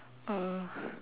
uh